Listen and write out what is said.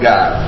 God